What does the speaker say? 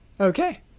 Okay